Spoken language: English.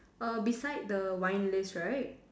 err beside the wine list right